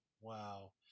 Wow